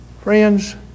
Friends